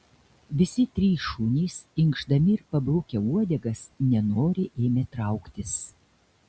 visi trys šunys inkšdami ir pabrukę uodegas nenoriai ėmė trauktis